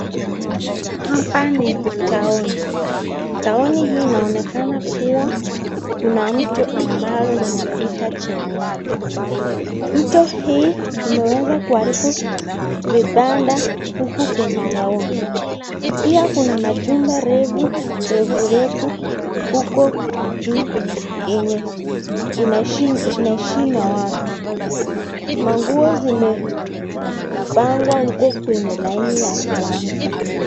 Hapa ni [town]. [Town] hii inaonekana kua kuna mto ambaye inapita chini yake. Mto hii imeweza kuharibu vibanda huku kwenye [town]. Pia kuna majumba refurefu huko juu yenye inaishi na watu. Manguo zimepangwa huko kwenye laini ya kuanika.